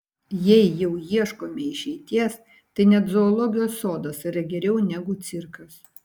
jei jau ieškome išeities tai net zoologijos sodas yra geriau negu cirkas